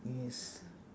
yes